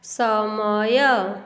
ସମୟ